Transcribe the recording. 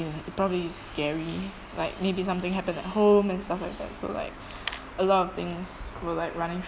ya it probably is scary like maybe something happened at home and stuff like that so like a lot of things were like running